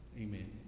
Amen